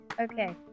Okay